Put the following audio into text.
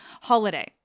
holiday